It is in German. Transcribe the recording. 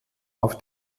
auf